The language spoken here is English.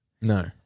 No